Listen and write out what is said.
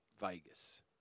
Vegas